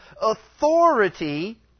authority